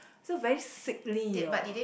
so very sickly you know